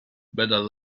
better